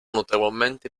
notevolmente